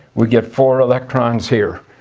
we get four electrons here.